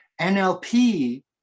NLP